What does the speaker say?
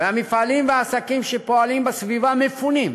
והמפעלים והעסקים שפועלים בסביבה מפונים.